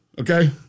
Okay